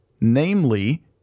namely